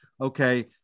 okay